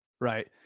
right